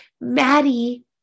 Maddie